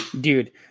Dude